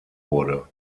wurde